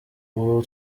ubu